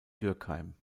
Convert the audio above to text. dürkheim